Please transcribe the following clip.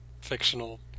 fictional